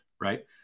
right